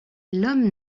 l’homme